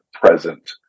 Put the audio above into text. present